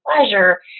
pleasure